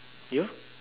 you